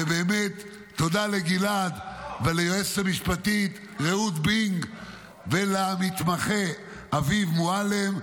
ובאמת תודה לגלעד וליועצת המשפטית רעות בינג ולמתמחה אביב מועלם,